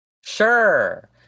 Sure